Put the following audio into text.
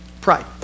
Pride